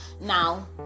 Now